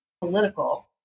political